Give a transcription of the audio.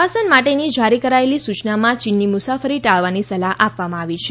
પ્રવાસન માટેની જારી કરાયેલી સૂચનામાં ચીનની મુસાફરી ટાળવાની સલાહ આપવામાં આવી છે